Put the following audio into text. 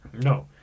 No